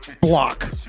block